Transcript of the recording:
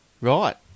Right